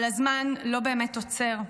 אבל הזמן לא באמת עוצר.